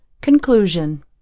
Conclusion